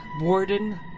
Warden